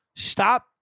Stop